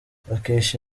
bakesha